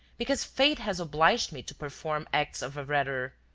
because fate has obliged me to perform acts of a rather.